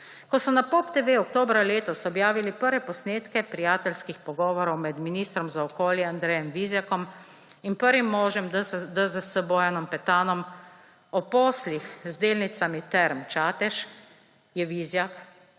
Ko so na POP TV oktobra letos objavili prve posnetke prijateljskih pogovorov med ministrom za okolje Andrejem Vizjakom in prvim možem DZS Bojanom Petanom o poslih z delnicami Term Čatež, je Vizjak